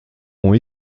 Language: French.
ont